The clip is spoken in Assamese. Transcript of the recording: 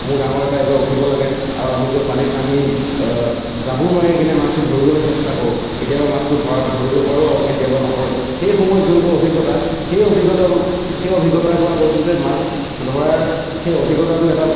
মোৰ ডাঙৰ এটা এইবাৰ উঠিব লাগে আৰু আমি গৈ পানীত নামি জাবুৰ মাৰি কিনে মাছটো ধৰিবলৈ চেষ্টা কৰোঁ কেতিয়াবা মাছটো ধৰা ধৰিব পাৰো আৰু কেতিয়াবা নপৰে সেই সময়ত যোনটো অভিজ্ঞতা সেই অভিজ্ঞতা সেই অভিজ্ঞতাৰ পৰা কৈছোঁ যে মাছ ধৰাৰ সেই অভিজ্ঞতাটো এটা